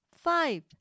Five